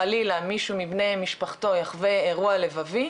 חלילה מישהו מבני משפחתו יחווה אירוע לבבי,